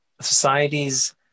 societies